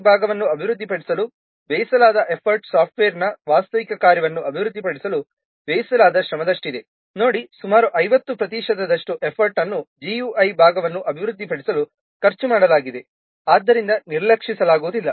GUI ಭಾಗವನ್ನು ಅಭಿವೃದ್ಧಿಪಡಿಸಲು ವ್ಯಯಿಸಲಾದ ಎಫರ್ಟ್ ಸಾಫ್ಟ್ವೇರ್ನ ವಾಸ್ತವಿಕ ಕಾರ್ಯವನ್ನು ಅಭಿವೃದ್ಧಿಪಡಿಸಲು ವ್ಯಯಿಸಲಾದ ಶ್ರಮದಷ್ಟಿದೆ ನೋಡಿ ಸುಮಾರು 50 ಪ್ರತಿಶತದಷ್ಟು ಎಫರ್ಟ್ ಅನ್ನು GUI ಭಾಗವನ್ನು ಅಭಿವೃದ್ಧಿಪಡಿಸಲು ಖರ್ಚು ಮಾಡಲಾಗಿದೆ ಆದ್ದರಿಂದ ನಿರ್ಲಕ್ಷಿಸಲಾಗುವುದಿಲ್ಲ